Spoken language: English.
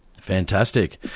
Fantastic